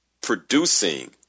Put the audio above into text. producing